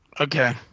Okay